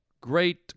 great